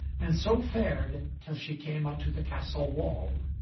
and so fared till she came unto the castle wall.